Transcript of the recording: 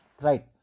Right